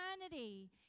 eternity